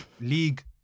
League